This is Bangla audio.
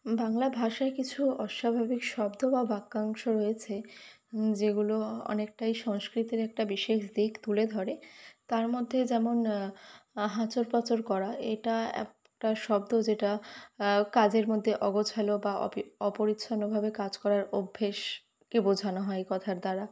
বাংলা ভাষায় কিছু অস্বাভাবিক শব্দ বা বাক্যাংশ রয়েছে যেগুলো অ অনেকটাই সংস্কৃতের একটা বিশেষ দিক তুলে ধরে তার মধ্যে যেমন হাঁচর পাঁচর করা এটা একটা শব্দ যেটা কাজের মধ্যে অগোছালো বা অপি অপরিচ্ছন্ন ভাবে কাজ করার অভ্যেসকে বোঝানো হয় এই কথার দ্বারা